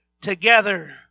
together